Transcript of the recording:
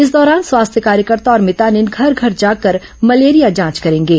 इस दौरान स्वास्थ्य कार्यकर्ता और मितानिन घर घर जाकर मलेरिया जांच करेंगे